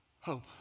Hope